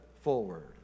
forward